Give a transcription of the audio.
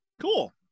cool